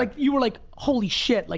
like you were like holy shit! like